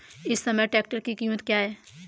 इस समय ट्रैक्टर की कीमत क्या है?